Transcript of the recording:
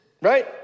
right